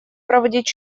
проводить